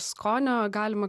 skonio galima